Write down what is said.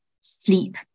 Sleep